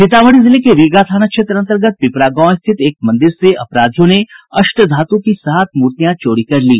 सीतामढ़ी जिले के रीगा थाना क्षेत्र अन्तर्गत पिपरा गांव स्थित एक मंदिर से अपराधियों ने अष्टधातु की सात मूर्तियां चोरी कर ली